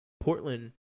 Portland